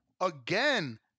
Again